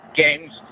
games